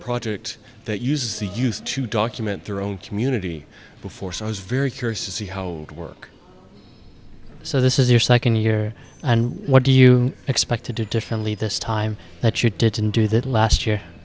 project that uses the youth to document their own community before so i was very curious to see how it work so this is your second year and what do you expect to do differently this time that you didn't do that last year